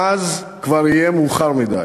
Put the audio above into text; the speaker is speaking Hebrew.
ואז כבר יהיה מאוחר מדי.